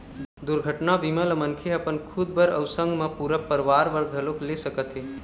दुरघटना बीमा ल मनखे ह अपन खुद बर अउ संग मा पूरा परवार बर घलोक ले सकत हे